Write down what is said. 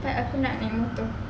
cakap aku nak naik motor